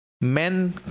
men